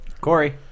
Corey